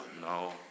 No